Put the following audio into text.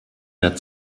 der